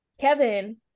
Kevin